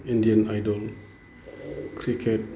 Indian idol cricket